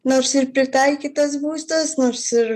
nors ir pritaikytas būstas nors ir